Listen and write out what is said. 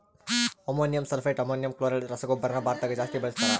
ammonium sulphate, ammonium chloride ರಸಗೊಬ್ಬರನ ಭಾರತದಗ ಜಾಸ್ತಿ ಬಳಸ್ತಾರ